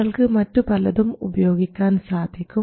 നിങ്ങൾക്ക് മറ്റു പലതും ഉപയോഗിക്കാൻ സാധിക്കും